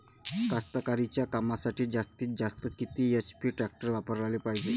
कास्तकारीच्या कामासाठी जास्तीत जास्त किती एच.पी टॅक्टर वापराले पायजे?